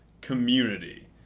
community